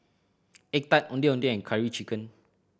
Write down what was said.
egg tart Ondeh Ondeh and Curry Chicken